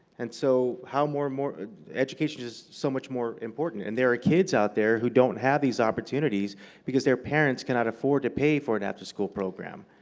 and so how more more education is so much more important. and there are kids out there who don't have these opportunities because their parents cannot afford to pay for an after-school program.